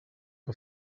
for